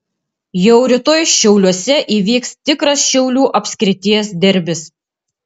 jau rytoj šiauliuose įvyks tikras šiaulių apskrities derbis